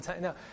No